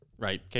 Right